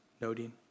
noting